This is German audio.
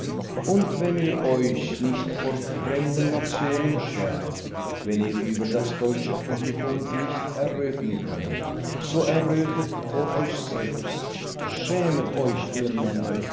und wenn ihr euch nicht vor fremden nationen schämet wenn ihr über das deutsche publikum nicht erröten könnet so errötet vor euch selbst schämet euch ihr männer